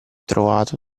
trovato